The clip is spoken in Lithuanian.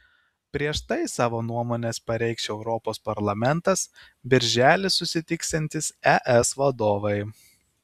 prieš tai savo nuomones pareikš europos parlamentas birželį susitiksiantys es vadovai